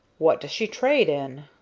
what does she trade in?